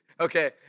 Okay